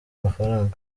mafaranga